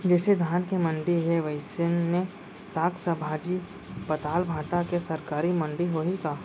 जइसे धान के मंडी हे, वइसने साग, भाजी, पताल, भाटा के सरकारी मंडी होही का?